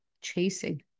chasing